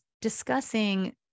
discussing